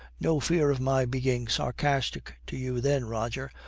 no fear of my being sarcastic to you then, roger.